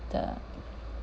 the